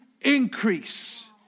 increase